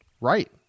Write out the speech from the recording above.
Right